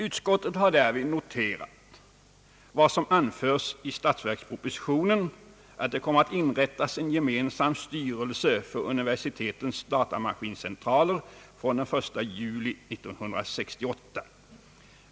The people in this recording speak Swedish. Därvid har utskottet noterat vad som anförts i statsverkspropositionen att det kommer att inrättas en gemensam styrelse för universitetens datamaskincentraler den 1 juli 1968.